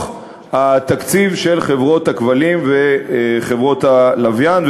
התקציב של חברות הכבלים וחברות הלוויין.